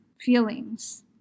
feelings